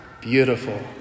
Beautiful